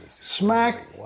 Smack